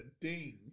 ding